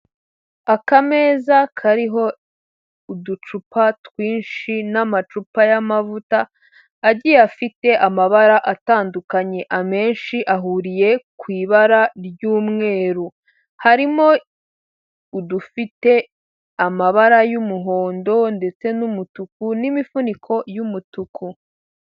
Akameza kariho uducupa twinshi, n'amacupa y'amavuta agiye afite amabara atandukanye. Amenshi ahuriye ku ibara ry'umweru. Harimo udufite amabara y'umuhondo ndetse n'umutuku n'imifuniko y'umutuku.